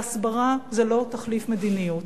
והסברה זה לא תחליף מדיניות.